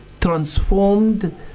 transformed